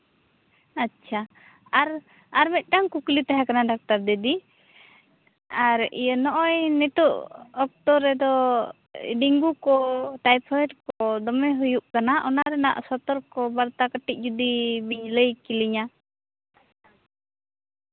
ᱟᱪᱪᱷᱟ ᱟᱨ ᱟᱨ ᱢᱤᱫᱴᱟᱝ ᱠᱩᱠᱞᱤ ᱛᱟᱦᱮᱸᱠᱟᱱᱟ ᱰᱟᱠᱛᱟᱨ ᱫᱤᱫᱤ ᱟᱨ ᱤᱭᱟᱹ ᱱᱚᱜᱼᱚᱭ ᱱᱤᱛᱳᱜ ᱚᱠᱛᱚ ᱨᱮᱫᱚ ᱰᱮᱝᱜᱩ ᱠᱚ ᱴᱟᱭᱯᱷᱚᱭᱳᱰ ᱠᱚ ᱫᱚᱢᱮ ᱦᱩᱭᱩᱜ ᱠᱟᱱᱟ ᱚᱱᱟ ᱨᱮᱭᱟᱜ ᱥᱚᱛᱚᱨᱠᱚ ᱵᱟᱨᱛᱟ ᱠᱚ ᱠᱟᱹᱴᱤᱡ ᱡᱩᱫᱤ ᱵᱤᱱ ᱞᱟᱹᱭ ᱠᱮᱞᱤᱧᱟ